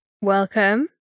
welcome